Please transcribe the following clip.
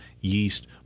yeast